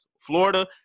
Florida